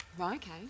okay